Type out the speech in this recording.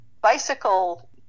bicycle